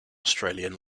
australian